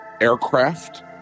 aircraft